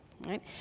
right